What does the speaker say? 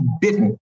bitten